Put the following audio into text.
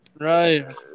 Right